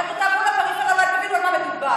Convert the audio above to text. לכו תעברו לפריפריה, אולי תבינו על מה מדובר.